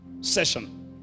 session